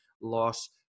loss